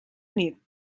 nit